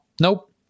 Nope